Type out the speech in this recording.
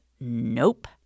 nope